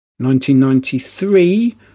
1993